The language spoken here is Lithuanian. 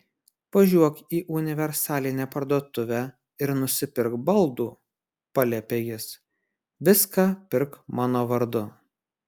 važiuok į universalinę parduotuvę ir nusipirk baldų paliepė jis viską pirk mano vardu